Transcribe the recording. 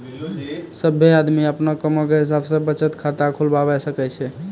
सभ्भे आदमी अपनो कामो के हिसाब से बचत खाता खुलबाबै सकै छै